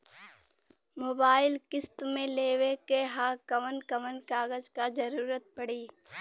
Mobile किस्त मे लेवे के ह कवन कवन कागज क जरुरत पड़ी?